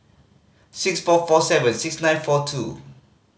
six four four seven six nine four two